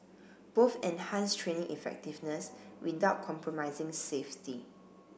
both enhanced training effectiveness without compromising safety